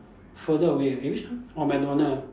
further away eh which one orh McDonald